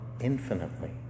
infinitely